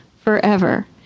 forever